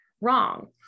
wrong